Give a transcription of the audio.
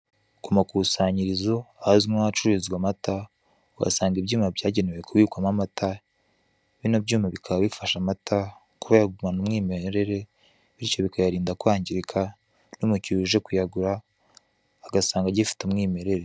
Ku makusanyirizo ahazwi nk'ahacururizwa amata uhasanga ibyuma byagenewe kubikwamo amata, bino byuma bikaba bifasha amata kuba yagumana umwimerere bityo bikayarinda kwangirika, n'umukiriya uje kuyagura agasanga agifite umwimerere.